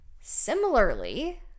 Similarly